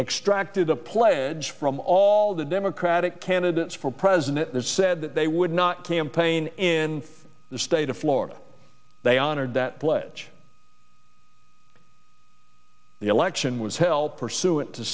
extracted a pledge from all the democratic candidates for president that said that they would not campaign in the state of florida they honored that pledge the election was held pursuant to